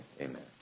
Amen